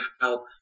help